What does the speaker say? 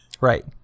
Right